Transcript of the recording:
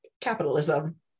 capitalism